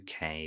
UK